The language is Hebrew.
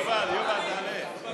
יובל, יובל, תעלה.